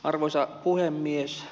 arvoisa puhemies